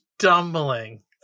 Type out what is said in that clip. stumbling